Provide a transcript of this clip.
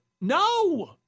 No